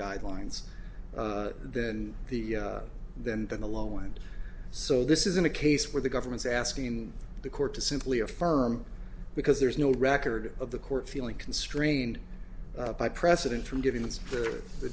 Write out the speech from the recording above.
guidelines than the than in the low end so this isn't a case where the government's asking the court to simply affirm because there's no record of the court feeling constrained by precedent from giv